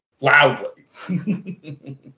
loudly